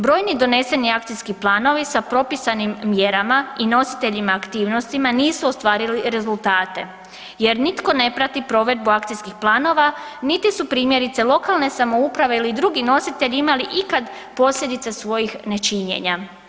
Brojni doneseni akcijski planovi sa propisanim mjerama i nositeljima aktivnostima nisu ostvarili rezultate jer nitko ne prati provedbu akcijskih planova niti su primjerice, lokalne samouprave ili drugi nositelji imali ikad posljedice svojih nečinjenja.